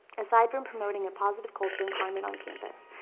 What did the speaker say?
aside from promoting a positive culture and climate on campus,